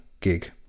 gig